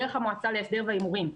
דרך המועצה להסדר ההימורים,